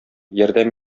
ярдәм